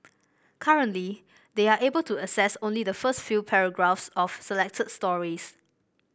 currently they are able to access only the first few paragraphs of selected stories